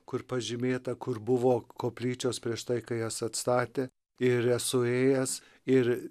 kur pažymėta kur buvo koplyčios prieš tai kai jas atstatė ir esu ėjęs ir